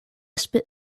spit